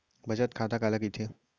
बचत खाता काला कहिथे?